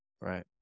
right